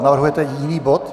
Navrhujete jiný bod?